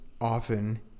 often